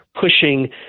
pushing